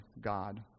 God